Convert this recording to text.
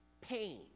pain